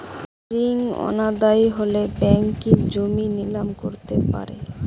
ঋণ অনাদায়ি হলে ব্যাঙ্ক কি জমি নিলাম করতে পারে?